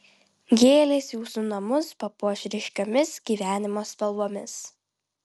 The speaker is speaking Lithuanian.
gėlės jūsų namus papuoš ryškiomis gyvenimo spalvomis